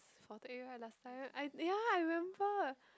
salted egg right last time I ya I remember